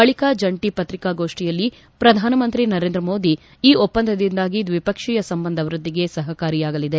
ಬಳಿಕ ಜಂಟ ಪತ್ರಿಕಾಗೋಷ್ಣಿಯಲ್ಲಿ ಪ್ರಧಾನಮಂತ್ರಿ ನರೇಂದ್ರ ಮೋದಿ ಈ ಒಪ್ಪಂದದಿಂದಾಗಿ ದ್ವಿಪಕ್ಷೀಯ ಸಂಬಂಧವ್ಬದ್ದಿಗೆ ಸಹಕಾರಿಯಾಗಲಿದೆ